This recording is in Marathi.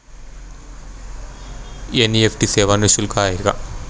एन.इ.एफ.टी सेवा निःशुल्क आहे का?